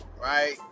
right